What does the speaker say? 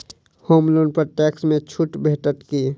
होम loan पर tax मे छुट भेटत की